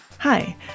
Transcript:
Hi